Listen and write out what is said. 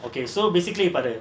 okay so basically பாரு:paaru